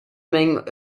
mengen